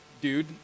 dude